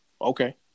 Okay